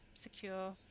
secure